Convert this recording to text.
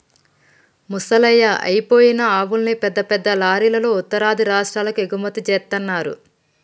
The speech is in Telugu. ముసలయ్యి అయిపోయిన ఆవుల్ని పెద్ద పెద్ద లారీలల్లో ఉత్తరాది రాష్టాలకు ఎగుమతి జేత్తన్నరు